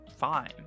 fine